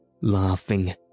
laughing